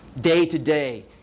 day-to-day